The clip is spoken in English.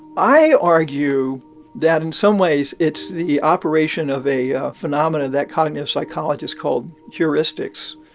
i argue that, in some ways, it's the operation of a ah phenomenon that cognitive psychologists called heuristics.